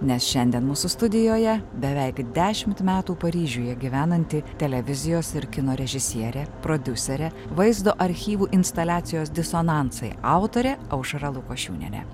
nes šiandien mūsų studijoje beveik dešimt metų paryžiuje gyvenanti televizijos ir kino režisierė prodiuserė vaizdo archyvų instaliacijos disonansai autorė aušra lukošiūnienė